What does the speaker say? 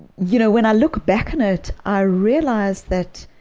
you know when i look back on it, i realize that